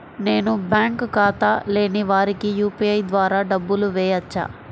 నేను బ్యాంక్ ఖాతా లేని వారికి యూ.పీ.ఐ ద్వారా డబ్బులు వేయచ్చా?